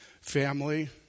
family